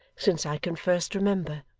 since i can first remember